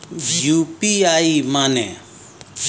UPI माने?